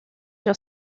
sur